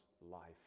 life